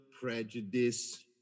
prejudice